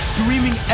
Streaming